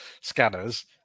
scanners